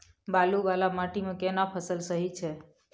बालू वाला माटी मे केना फसल सही छै?